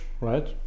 right